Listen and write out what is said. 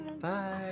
Bye